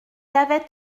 avait